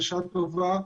בשעה טובה,